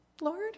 Lord